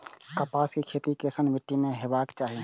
कपास के खेती केसन मीट्टी में हेबाक चाही?